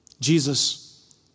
Jesus